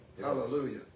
hallelujah